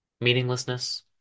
meaninglessness